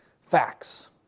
facts